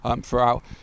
throughout